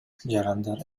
жарандар